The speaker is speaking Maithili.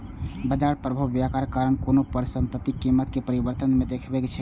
बाजार प्रभाव व्यापारक कारण कोनो परिसंपत्तिक कीमत परिवर्तन मे देखबै छै